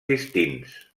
distints